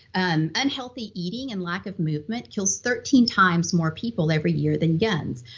and unhealthy eating and lack of movement kills thirteen times more people every year than guns.